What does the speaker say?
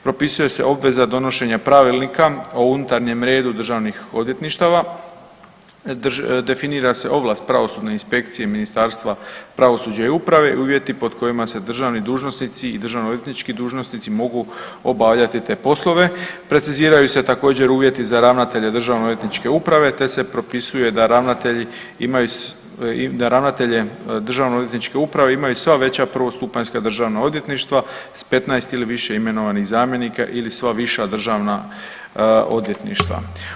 Propisuje se obveza donošenja Pravilnika o unutarnjem redu državnih odvjetništava, definira se ovlast pravosudne inspekcije Ministarstva pravosuđa i uprave i uvjeti pod kojima se državni dužnosnici i državno odvjetnički dužnosnici mogu obavljati te poslove, preciziraju se također uvjeti za ravnatelje državno odvjetničke uprave, te se propisuje da ravnatelje državno odvjetničke uprave imaju sva veća prvostupanjska državna odvjetništva s 15 ili više imenovanih zamjenika ili sva viša državna odvjetništva.